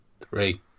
Three